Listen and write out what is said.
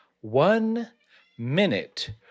one-minute